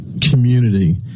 community